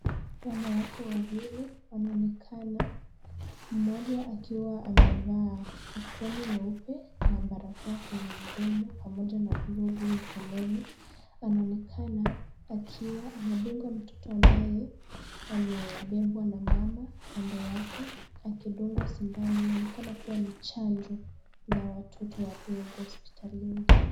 Wanawake wawili wanaonekana, mmoja akiwa amevaa aproni nyeupe na barakoa kwenye mdomo pamoja na glovu mikononi. Anaonekana akiwa anadunga mtoto ambaye amebebwa na mama kando yake akidungwa sindano. Inaonekana kuwa ni chanjo za watoto wadogo kwa hospitalini.